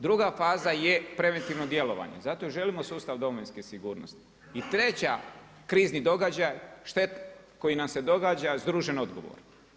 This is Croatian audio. Druga faza je preventivno djelovanje, zato želimo sustav domovinske sigurnosti i treća krizni događaj koji nam se događa, združen odgovor.